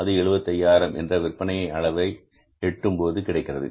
அது 75000 என்ற விற்பனை அளவை எட்டும் போது கிடைக்கிறது